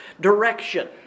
direction